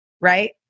right